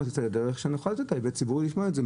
תצא לדרך נוכל לאפשר לציבור לדעת את זה.